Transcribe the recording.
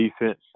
defense